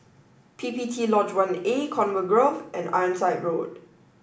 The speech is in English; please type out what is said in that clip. P P T Lodge one A Conway Grove and Ironside Road